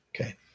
Okay